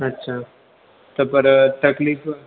अच्छा त पर तकलीफ़